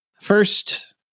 First